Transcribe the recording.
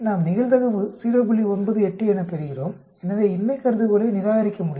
98 எனப் பெறுகிறோம் எனவே இன்மை கருதுகோளை நிராகரிக்க முடியாது